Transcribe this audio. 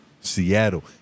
Seattle